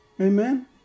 Amen